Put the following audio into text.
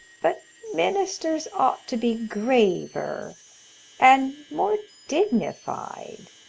but ministers ought to be graver and more dignified.